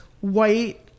white